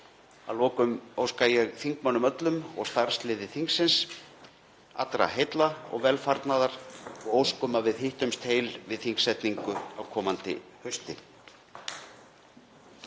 Að lokum óska ég þingmönnum öllum og starfsliði þingsins allra heilla og velfarnaðarósk um að við hittumst heil við þingsetningu á komandi hausti.